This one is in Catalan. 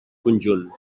conjunt